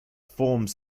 forms